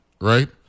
right